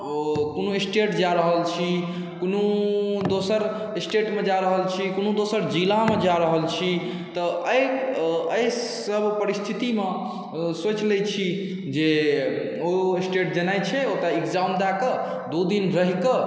कोनो स्टेट जा रहल छी कोनो दोसर स्टेटमे जा रहल छी कोनो दोसर जिलामे जा रहल छी तऽ एहिसभ परिस्थितिमे सोचि लै छी जे ओ स्टेट जेनाइ छै ओ एक्जाम दऽ कऽ दू दिन रहिकऽ